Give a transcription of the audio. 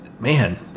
Man